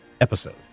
episode